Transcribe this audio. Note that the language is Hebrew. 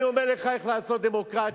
אני אומר לך איך לעשות דמוקרטיה.